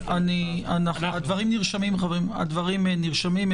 הדברים נרשמים.